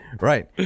Right